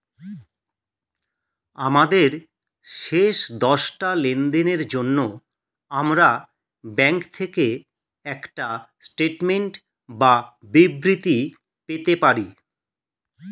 আমাদের শেষ দশটা লেনদেনের জন্য আমরা ব্যাংক থেকে একটা স্টেটমেন্ট বা বিবৃতি পেতে পারি